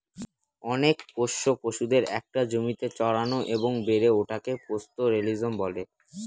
অনেক পোষ্য পশুদের একটা জমিতে চড়ানো এবং বেড়ে ওঠাকে পাস্তোরেলিজম বলে